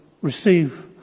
receive